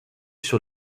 sur